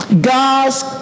God's